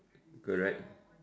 correct